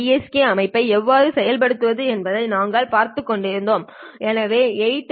K அமைப்பை எவ்வாறு செயல்படுத்துவது என்பதை நாங்கள் பார்த்துக் கொண்டிருந்தோம் எனவே 8 ஆரி பி